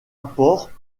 apports